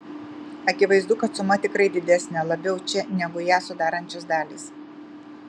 akivaizdu kad suma tikrai didesnė labiau čia negu ją sudarančios dalys